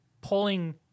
pulling